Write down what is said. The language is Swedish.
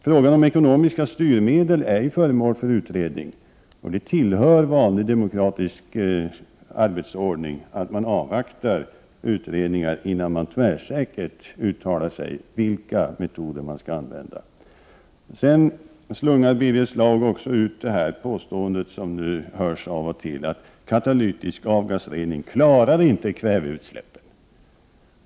Frågan om ekonomiska styrmedel är föremål för utredning, och det tillhör vanlig demokratisk arbetsordning att man avvaktar utredningar innan man tvärsäkert uttalar sig om vilken metod man skall använda. Sedan slungar Birger Schlaug också ut det påstående som hörs av och till, att katalytisk avgasrening inte klarar kväveutsläppen.